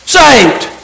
saved